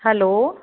hello